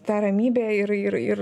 tą ramybę ir ir ir